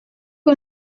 que